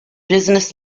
business